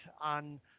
on